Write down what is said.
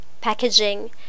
packaging